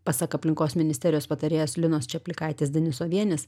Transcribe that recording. pasak aplinkos ministerijos patarėjos linos čaplikaitės denisovienės